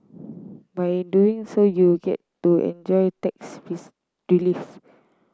by doing so you get to enjoy tax relief